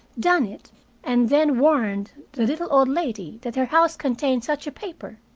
done it and then warned the little old lady that her house contained such a paper?